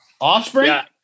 offspring